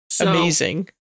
Amazing